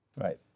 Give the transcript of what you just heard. Right